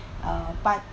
uh but